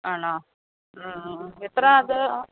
ആണോ ആ ആ എത്രയാ അത്